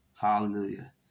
Hallelujah